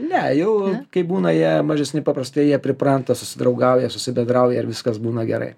ne jau kaip būna jie mažesni paprastai jie pripranta susidraugauja susibendrauja ir viskas būna gerai